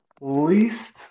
least